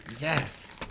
Yes